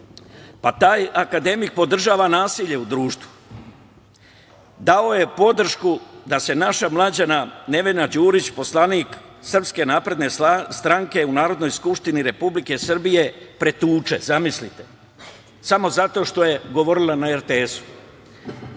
Pa, taj akademik podržava nasilje u društvu. Dao je podršku da se naša mlađana Nevena Đurić, poslanik SNS u Narodnoj skupštini Republike Srbije, pretuče, zamislite, samo zato što je govorila na